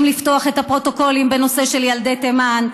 לפתוח את הפרוטוקולים בנושא של ילדי תימן.